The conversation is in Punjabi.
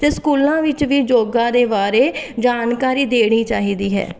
ਅਤੇ ਸਕੂਲਾਂ ਵਿੱਚ ਵੀ ਯੋਗਾ ਦੇ ਬਾਰੇ ਜਾਣਕਾਰੀ ਦੇਣੀ ਚਾਹੀਦੀ ਹੈ